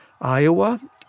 Iowa